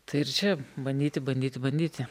tai ir čia bandyti bandyti bandyti